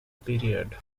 period